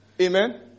Amen